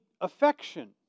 affection